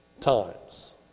times